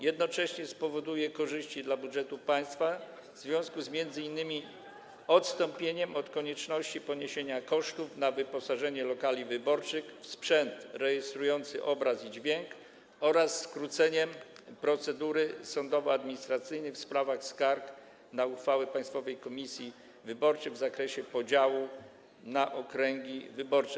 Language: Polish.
Jednocześnie spowoduje korzyści dla budżetu państwa w związku z m.in. odstąpieniem od konieczności poniesienia kosztów na wyposażenie lokali wyborczych w sprzęt rejestrujący obraz i dźwięk oraz skróceniem procedury sądowo-administracyjnej w sprawach skarg na uchwały Państwowej Komisji Wyborczej w zakresie podziału na okręgi wyborcze.